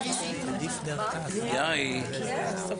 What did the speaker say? ננעלה בשעה